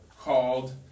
called